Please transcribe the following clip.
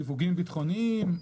סיווגים ביטחוניים,